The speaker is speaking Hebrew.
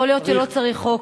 יכול להיות שלא צריך חוק,